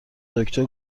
دکتر